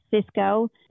Cisco